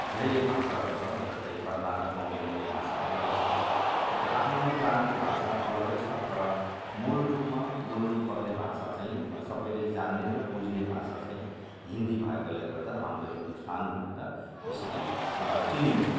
धेरै भाषाहरू छ जस्तै कर्नाटकमा बोलिने भाषा अलगै छ तर त्यो आफ्नो आफ्नो प्रान्तको भाषा अलगै छ तर मूल रूपमा बोल्नु पर्ने भाषा चाहिँ म सबले जान्ने र बुझ्ने भाषा चाहिँ हिन्दी भएकोले गर्दा हाम्रो हिन्दुस्तान भनेर यसरी चिनिन्छ